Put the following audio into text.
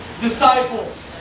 disciples